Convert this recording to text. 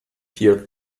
heard